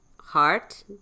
heart